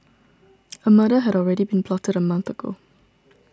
a murder had already been plotted a month ago